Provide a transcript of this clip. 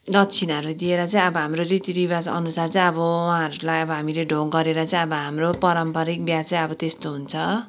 दक्षिणाहरू दिएर चाहिँ अब हाम्रो रीतिरिवाजअनुसार चाहिँ अब उहाँहरूलाई अब हामीले ढोग गरेर चाहिँ अब हाम्रो पारम्परिक बिहा चाहिँ अब त्यस्तो हुन्छ